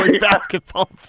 Basketball